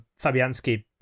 Fabianski